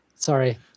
Sorry